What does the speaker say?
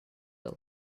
the